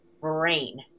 brain